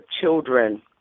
children